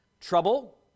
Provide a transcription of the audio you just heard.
Trouble